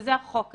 וזה החוק הזה.